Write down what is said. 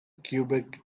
quebec